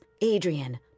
Adrian